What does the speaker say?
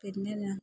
പിന്നെ എന്നാ